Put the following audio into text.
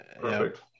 Perfect